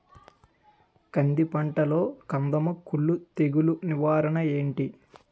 కంది పంటలో కందము కుల్లు తెగులు నివారణ ఏంటి?